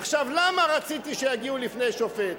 עכשיו, למה רציתי שיגיעו לפני שופט?